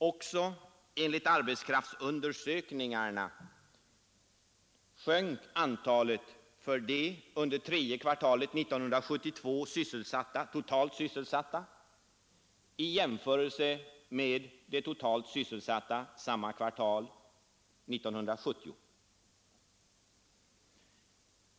Också enligt arbetskraftsundersökningarna sjönk antalet av de under tredje kvartalet 1972 totalt sysselsatta i jämförelse med samma kvartal 1970.